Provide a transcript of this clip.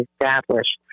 established